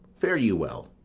fare you well.